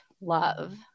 love